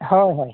ᱦᱳᱭ ᱦᱳᱭ